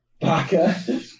Baka